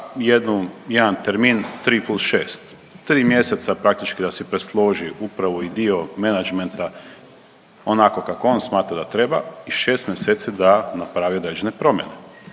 jedan termin 3 plus 6, tri mjeseca praktički vas je presložio upravu i dio menadžmenta onako kako on smatra da treba i 6 mjeseci da napravi određene promjene.